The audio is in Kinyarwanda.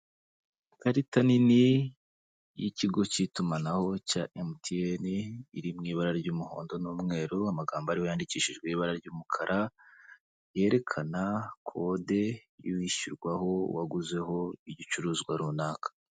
Ikarita nini y'ikigo cy'itumanaho cya MTN, iri mu ibara ry'umuhondo n'umweru amagambo ariyo yandikishijwe ibara ry'umukara, yerekana kode y'uwishyurwaho, uwaguzeho igicuruzwa runaka.